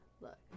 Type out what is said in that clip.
look